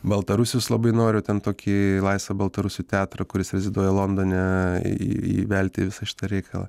baltarusius labai noriu ten tokį laisvą baltarusių teatrą kuris reziduoja londone į įvelti į visą šitą reikalą